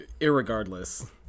Irregardless